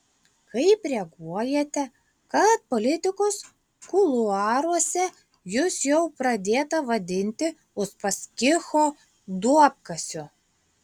kaip reaguojate kad politikos kuluaruose jus jau pradėta vadinti uspaskicho duobkasiu